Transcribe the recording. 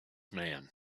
man